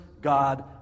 God